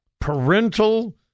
Parental